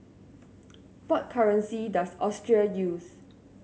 what currency does Austria use